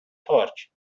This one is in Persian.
پارک